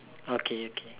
okay okay